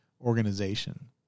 organization